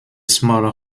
small